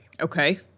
Okay